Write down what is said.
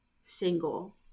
single